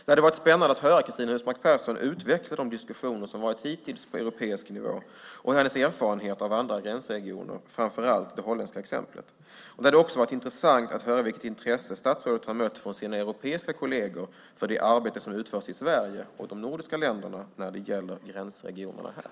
Det hade varit spännande att höra Cristina Husmark Pehrsson utveckla de diskussioner som varit hittills på den europeiska nivån och hennes erfarenheter av andra gränsregioner, framför allt det holländska exemplet. Det hade också varit intressant att höra vilket intresse statsrådet har mött från sina europeiska kolleger för det arbete som utförs i Sverige och de nordiska länderna när det gäller gränsregionerna här.